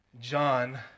John